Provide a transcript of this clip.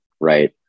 right